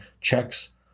checks